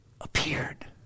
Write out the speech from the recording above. appeared